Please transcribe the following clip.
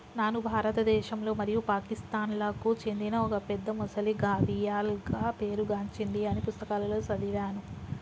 నాను భారతదేశంలో మరియు పాకిస్తాన్లకు చెందిన ఒక పెద్ద మొసలి గావియల్గా పేరు గాంచింది అని పుస్తకాలలో సదివాను